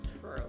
True